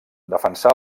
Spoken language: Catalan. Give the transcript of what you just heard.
defensà